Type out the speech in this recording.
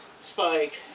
Spike